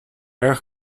erg